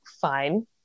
Fine